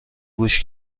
گوش